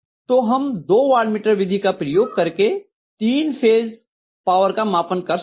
तो हम दो वाटमीटर विधि का प्रयोग करके तीन फेज पावर का मापन कर सकते हैं